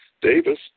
Davis